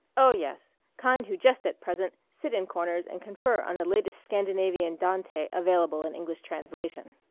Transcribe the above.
oh, yes kind who just at present sit in corners and confer on the latest scandinavian dante available in english translation.